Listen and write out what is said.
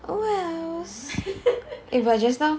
oh wells eh but just now